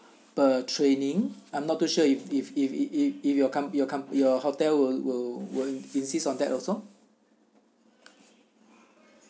per training I'm not too sure if if if if if your com~ your com~ your hotel will will will insist on that also